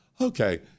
Okay